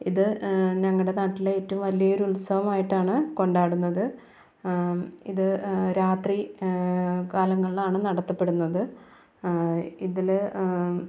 ഇത് ഞങ്ങളുടെ നാട്ടിലെ ഏറ്റവും വലിയൊരു ഉത്സവമായിട്ടാണ് കൊണ്ടാടുന്നത് ഇത് രാത്രി കാലങ്ങളിലാണ് നടത്തപ്പെടുന്നത് ഇതിൽ